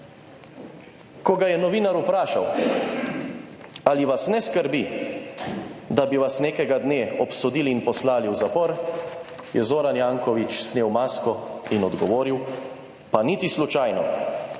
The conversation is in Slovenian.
ko ga je novinar vprašal, ali vas ne skrbi, da bi vas nekega dne obsodili in poslali v zapor, je Zoran Janković snel masko in odgovoril pa niti slučajno.